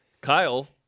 Kyle